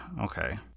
okay